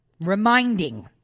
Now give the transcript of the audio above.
Reminding